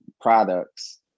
products